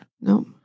no